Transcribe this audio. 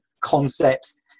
concepts